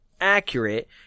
accurate